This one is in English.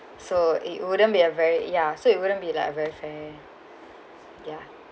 so it wouldn't be a very ya so it wouldn't be like a very fair ya